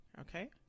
okay